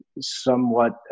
somewhat